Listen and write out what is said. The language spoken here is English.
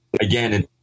again